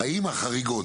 האם החריגות,